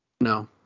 No